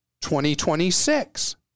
2026